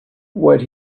what